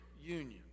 union